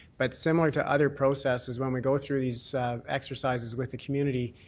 but similar to other processes when we go through these exercises with the community,